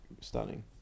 stunning